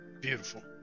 Beautiful